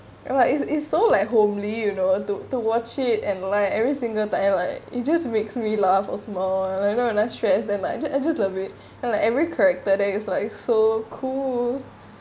ya lah it's it's so like homely you know to to watch it and like every single time like it just makes me laugh also more like you know I like stress then I I just love it and like every character that is like so cool